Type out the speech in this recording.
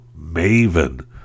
Maven